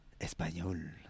Español